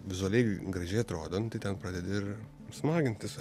vizualiai gražiai atrodo nu tai ten pradedi ir smagintis